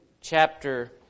chapter